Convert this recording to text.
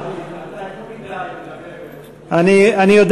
אני חס על כבוד הכנסת,